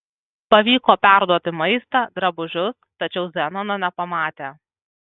pavyko perduoti maistą drabužius tačiau zenono nepamatė